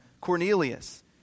Cornelius